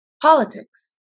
Politics